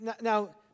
now